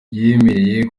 yemerewe